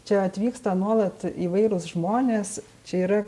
čia atvyksta nuolat įvairūs žmonės čia yra